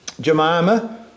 Jemima